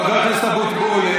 חבר הכנסת אבוטבול,